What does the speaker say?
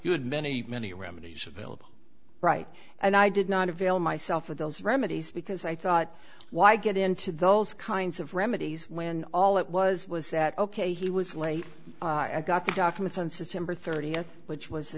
you had many many remedies available right and i did not avail myself of those remedies because i thought why get into those kinds of remedies when all it was was that ok he was late i got the documents on september thirtieth which was the